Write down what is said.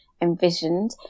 envisioned